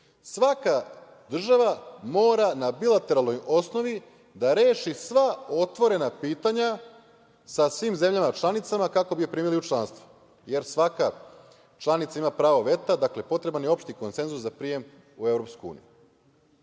svaka država mora na bilateralnoj osnovi da reši sva otvorena pitanja sa svim zemljama članicama kako bi je primili u članstvo, jer svaka članica ima pravo veta. Dakle, potreban je opšti konsenzus za prijem u EU.Mi